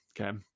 Okay